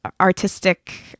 artistic